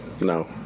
No